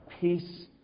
peace